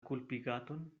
kulpigaton